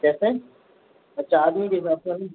कैसे अच्छा आदमी के हिसाब से अभी